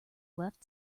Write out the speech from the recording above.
left